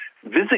Visit